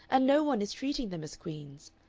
and no one is treating them as queens.